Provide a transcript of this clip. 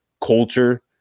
culture